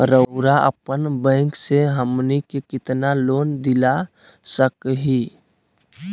रउरा अपन बैंक से हमनी के कितना लोन दिला सकही?